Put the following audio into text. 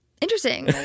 interesting